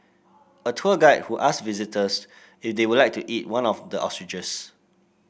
a tour guide who asked visitors if they would like to eat one of the ostriches